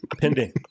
pending